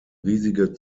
riesige